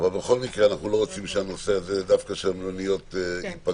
אבל בכל מקרה אנחנו לא רוצים שהנושא של המלוניות ייפגע,